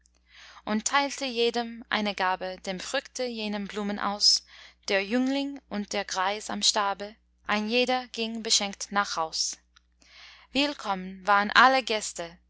und teilte jedem eine gabe dem früchte jenem blumen aus der jüngling und der greis am stabe ein jeder ging beschenkt nach haus willkommen waren alle gäste